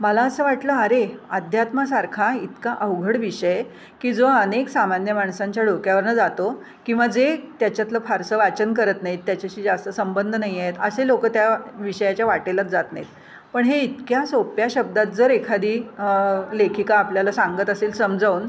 मला असं वाटलं अरे अध्यात्मासारखा इतका अवघड विषय की जो अनेक सामान्य माणसांच्या डोक्यावरून जातो किंवा जे त्याच्यातलं फारसं वाचन करत नाहीत त्याच्याशी जास्त संबंध नाही आहेत असे लोक त्या विषयाच्या वाटेलाच जात नाहीत पण हे इतक्या सोप्या शब्दात जर एखादी लेखिका आपल्याला सांगत असेल समजावून